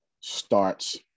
starts